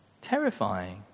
terrifying